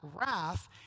wrath